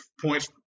points